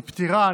פטירה,